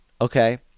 Okay